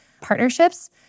partnerships